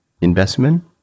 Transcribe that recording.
investment